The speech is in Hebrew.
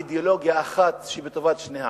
על אידיאולוגיה אחת, שהיא לטובת שני העמים.